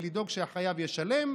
לדאוג שהחייב ישלם,